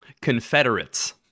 Confederates